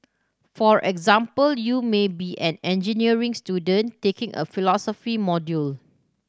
for example you may be an engineering student taking a philosophy module